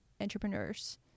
entrepreneurs